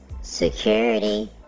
Security